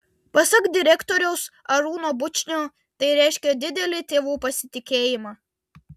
pasak direktoriaus arūno bučnio tai reiškia didelį tėvų pasitikėjimą